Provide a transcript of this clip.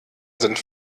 sind